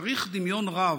צריך דמיון רב,